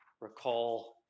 recall